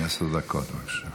עשר דקות, בבקשה.